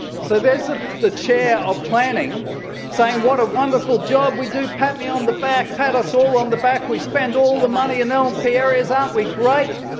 so there's the the chair of planning saying what a wonderful job we do. pat me on the back. pat us all on the back. we spend all the money in um lnp areas. aren't we great?